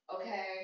okay